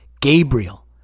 Gabriel